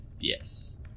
Yes